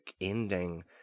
ending